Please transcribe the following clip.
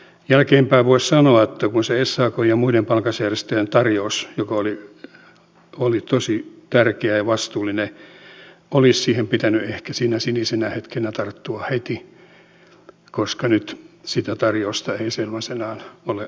jälkeenpäin voisi sanoa että siihen sakn ja muiden palkansaajajärjestöjen tarjoukseen joka oli tosi tärkeä ja vastuullinen olisi pitänyt ehkä sinä sinisenä hetkenä tarttua heti koska nyt sitä tarjousta ei sellaisenaan ole olemassa